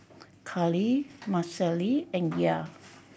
Carlie Marcelle and Yair